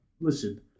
listen